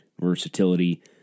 versatility